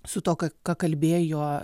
su tuo ką kalbėjo